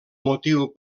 motiu